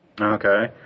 Okay